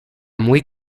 muy